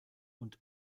und